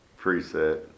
preset